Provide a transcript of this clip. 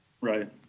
Right